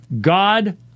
God